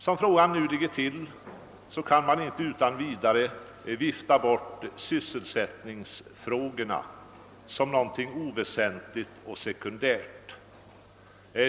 Som frågan nu ligger till kan man inte utan vidare vifta bort sysselsättningsproblemet som något oväsentligt och sekundärt.